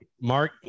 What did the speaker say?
mark